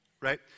Right